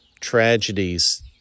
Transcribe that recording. tragedies